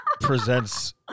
presents